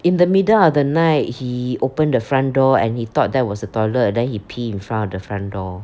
in the middle of the night he open the front door and he thought that was the toilet then he pee in front of the front door